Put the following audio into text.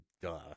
duh